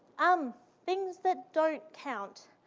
um things that don't count.